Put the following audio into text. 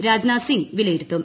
രാജ്നാഥ് സിംഗ് വിലയിരുത്തും